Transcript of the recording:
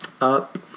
up